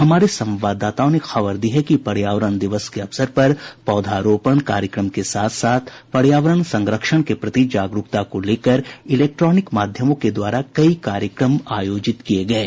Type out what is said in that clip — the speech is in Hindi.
हमारे संवाददाताओं ने खबर दी है कि पर्यावरण दिवस के अवसर पर पौधारोपण कार्यक्रम के साथ साथ पर्यावरण संरक्षण के प्रति जागरूकता को लेकर इलेक्ट्रॉनिक माध्यमों के द्वारा कई कार्यक्रम आयोजित किये गये